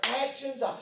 actions